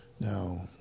Now